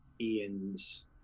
Ian's